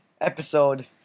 episode